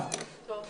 מזכות הקניין,